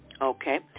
Okay